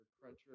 cruncher